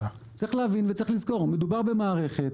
צריך להבין וצריך לזכור, מדובר במערכת